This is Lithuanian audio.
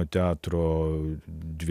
jaunimo teatro